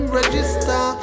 register